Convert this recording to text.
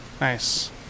Nice